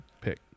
pick